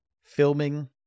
filming